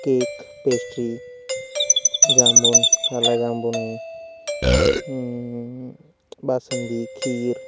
cake pastry jamun kala jamun आहे बासुंदी खीर